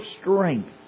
strength